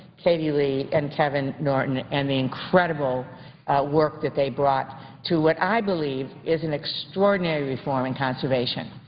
peggy lee and kevin norton and the incredible work that they brought to what i believe is an extraordinary reform in conservation.